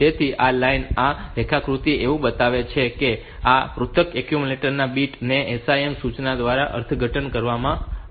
તેથી આ લાઈન આ રેખાકૃતિ એવું બતાવે છે કે કેવી રીતે આ પૃથક એક્યુમ્યુલેટર ના બિટ્સ ને SIM સૂચના દ્વારા અર્થઘટન કરવામાં આવશે